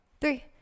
Three